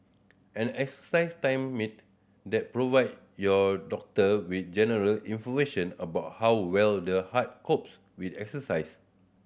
an exercise they provide your doctor with general information about how well the heart copes with exercise